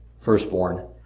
firstborn